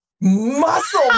Muscle